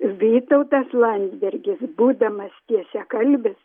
vytautas landsbergis būdamas tiesiakalbis